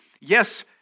yes